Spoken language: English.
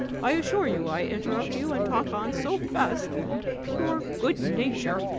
i assure you i interrupt you, and talk on so fast, from pure good-nature,